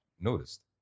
noticed